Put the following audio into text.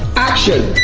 action!